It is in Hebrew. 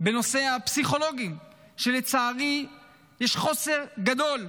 בנושא הפסיכולוגים, לצערי יש חוסר גדול.